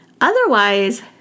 Otherwise